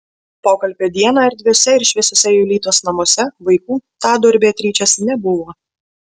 pokalbio dieną erdviuose ir šviesiuose julitos namuose vaikų tado ir beatričės nebuvo